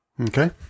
Okay